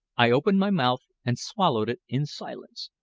i opened my mouth and swallowed it in silence,